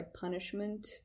punishment